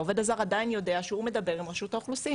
העובד הזר עדיין יודע שהוא מדבר עם רשות האוכלוסין.